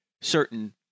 certain